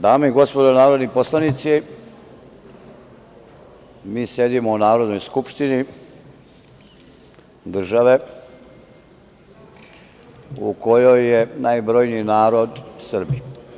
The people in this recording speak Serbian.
Dame i gospodo narodni poslanici, mi sedimo u Narodnoj skupštini države u kojoj su najbrojniji narod Srbi.